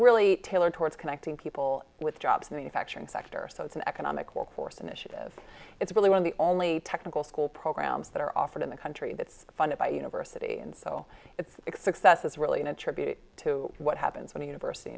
really tailored towards connecting people with jobs in the infection sector so it's an economic workforce initiative it's really one of the only technical school programs that are offered in the country that's funded by university and so it's excess is really an attribute to what happens when a university